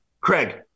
Craig